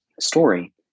story